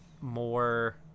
more